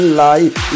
life